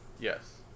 Yes